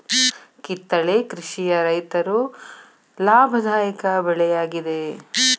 ಕಿತ್ತಳೆ ಕೃಷಿಯ ರೈತರು ಲಾಭದಾಯಕ ಬೆಳೆ ಯಾಗಿದೆ